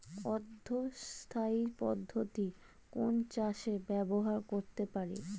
অর্ধ স্থায়ী পদ্ধতি কোন চাষে ব্যবহার করতে পারি?